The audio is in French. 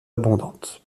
abondante